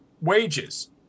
wages